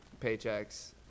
paychecks